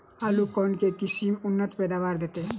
आलु केँ के किसिम उन्नत पैदावार देत?